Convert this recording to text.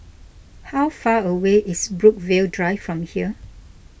how far away is Brookvale Drive from here